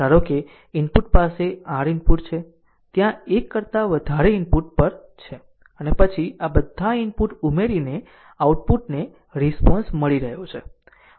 ધારો કે ઇનપુટ પાસે r ઇનપુટ છે ત્યાં એક કરતા વધારે ઇનપુટ પર છે અને પછી આ બધા ઇનપુટ ઉમેરીને આઉટપુટને રીશ્પોન્સ મળી રહ્યો છે